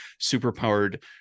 superpowered